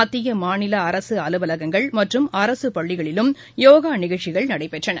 மத்தியமாநிலஅரசுஅலுவலகங்கள் மற்றும் அரசுப் பள்ளிகளிலும் யோகாநிகழ்ச்சிகள் நடைபெற்றன